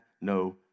no